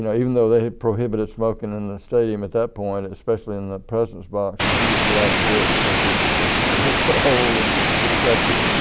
you know even though they had prohibited smoking in the stadium at that point especially in the president's box but he was allowed to do it because he was so old and respected.